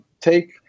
take